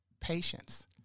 Patience